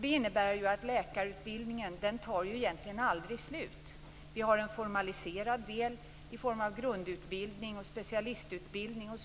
Det innebär att läkarutbildningen egentligen aldrig tar slut. Det finns en formaliserad del - grundutbildning och specialistutbildning - och